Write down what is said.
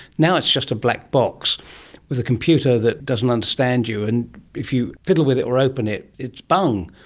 now it's just a black box with a computer that doesn't understand you. and if you fiddle with it or open it, it's bung.